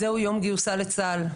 זהו יום גיוסה לצה"ל,